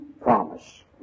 promise